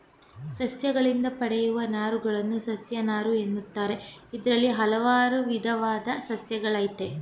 ಸಸ್ಯಗಳಿಂದ ಪಡೆಯುವ ನಾರುಗಳನ್ನು ಸಸ್ಯನಾರು ಎನ್ನುತ್ತಾರೆ ಇದ್ರಲ್ಲಿ ಹಲ್ವಾರು ವಿದವಾದ್ ಸಸ್ಯಗಳಯ್ತೆ